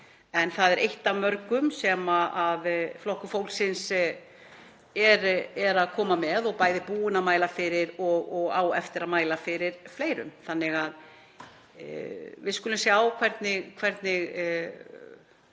en það er eitt af mörgum sem Flokkur fólksins er að koma með og er búinn að mæla fyrir og á eftir að mæla fyrir fleirum. Við skulum sjá hvernig